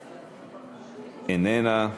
איננה,